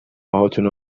باهاتون